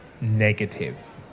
negative